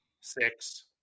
Six